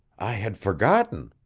i had forgotten.